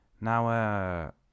Now